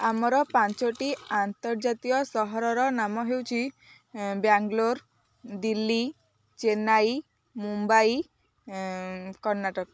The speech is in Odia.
ଆମର ପାଞ୍ଚଟି ଆନ୍ତର୍ଜାତୀୟ ସହରର ନାମ ହେଉଛିି ବ୍ୟାଙ୍ଗଲୋର ଦିଲ୍ଲୀ ଚେନ୍ନାଇ ମୁମ୍ବାଇ କର୍ଣ୍ଣାଟକ